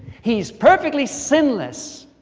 he's perfectly sinless,